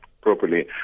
properly